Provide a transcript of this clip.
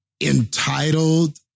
entitled